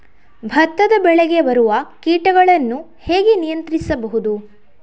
ಭತ್ತದ ಬೆಳೆಗೆ ಬರುವ ಕೀಟಗಳನ್ನು ಹೇಗೆ ನಿಯಂತ್ರಿಸಬಹುದು?